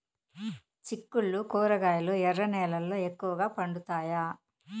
చిక్కుళ్లు కూరగాయలు ఎర్ర నేలల్లో ఎక్కువగా పండుతాయా